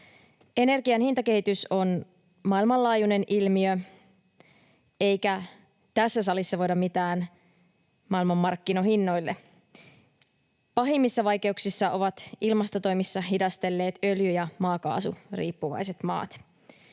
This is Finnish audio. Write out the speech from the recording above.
Energian hintakehitys on maailmanlaajuinen ilmiö, eikä tässä salissa voida mitään maailmanmarkkinahinnoille. Pahimmissa vaikeuksissa ovat ilmastotoimissa hidastelleet öljy- ja maakaasuriippuvaiset maat.